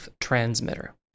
transmitter